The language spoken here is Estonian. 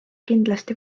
kindlasti